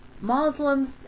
Muslims